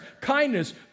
kindness